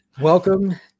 Welcome